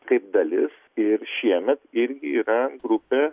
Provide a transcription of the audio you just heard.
kaip dalis ir šiemet irgi yra grupė